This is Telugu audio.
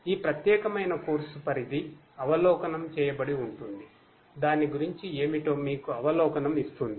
ఈ ప్రత్యేకమైన కోర్సు పరిధి అవలోకనం చేయబడి ఉంటుంది దాని గురించి ఏమిటో మీకు అవలోకనం ఇస్తుంది